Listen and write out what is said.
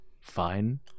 fine